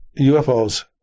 UFOs